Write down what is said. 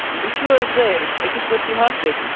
وُچھِو حظ تُہۍ أکِس کُرسی ہَتھ رۄپیہِ